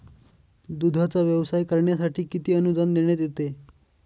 दूधाचा व्यवसाय करण्यासाठी किती अनुदान देण्यात येते?